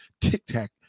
tic-tac